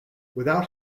without